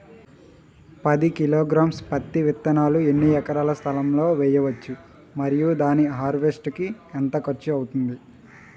పది కిలోగ్రామ్స్ పత్తి విత్తనాలను ఎన్ని ఎకరాల స్థలం లొ వేయవచ్చు? మరియు దాని హార్వెస్ట్ కి ఎంత ఖర్చు అవుతుంది?